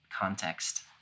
context